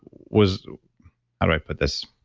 was. how do i put this?